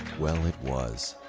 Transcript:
well, it was.